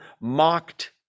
mocked